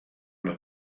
los